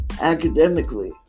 academically